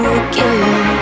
again